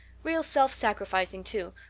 real self-sacrificing, too,